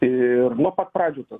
ir nuo pat pradžių